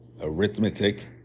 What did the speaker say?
arithmetic